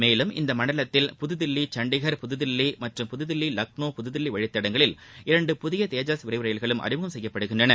மேலும் இந்த மண்டலத்தில் புதுதில்லி சண்டிகர் புதுதில்லி மற்றும் புதுதில்லி லக்னோ புதுதில்லி வழித்தடங்களில் இரண்டு புதிய தேஜாஸ் விரைவு ரயில்களும் அறிமுகம் செய்யப்படுகின்றன